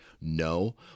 no